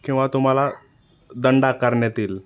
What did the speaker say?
किंवा तुम्हाला दंड आकारण्यात येईल